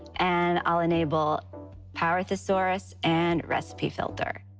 and i'll enable power thesaurus and recipe filter.